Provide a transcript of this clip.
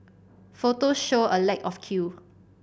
photo showed a lack of queue